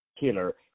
Killer